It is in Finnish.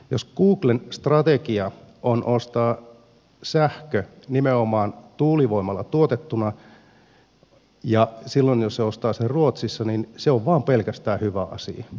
jos googlen strategia on ostaa sähkö nimenomaan tuulivoimalla tuotettuna silloin se että se ostaa sen ruotsista on pelkästään hyvä asia